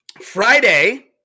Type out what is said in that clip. Friday